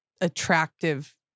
attractive